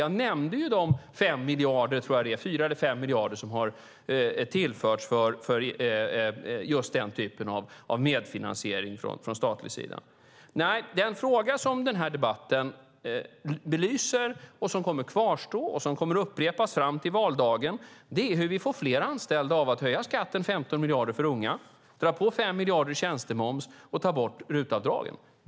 Jag nämnde de 4 eller 5 miljarder som har tillförts för den typen av medfinansiering från statlig sida. Den fråga som den här debatten belyser, som kommer att kvarstå och som kommer att upprepas fram till valdagen, är hur vi får fler anställda av att höja skatten med 15 miljarder för unga, lägga på 5 miljarder i tjänstemoms och ta bort RUT-avdragen.